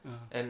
ah